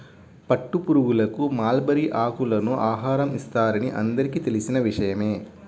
పట్టుపురుగులకు మల్బరీ ఆకులను ఆహారం ఇస్తారని అందరికీ తెలిసిన విషయమే